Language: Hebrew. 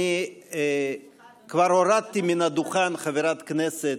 אני כבר הורדתי מן הדוכן חברת כנסת